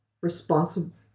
Responsible